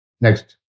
Next